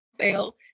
sale